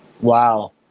wow